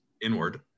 inward